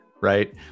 right